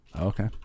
okay